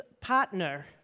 partner